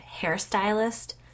hairstylist